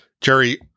Jerry